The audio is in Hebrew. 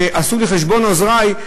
ועשו לי חשבון עוזרי,